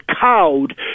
cowed